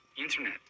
internet